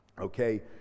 Okay